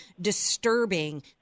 disturbing